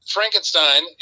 Frankenstein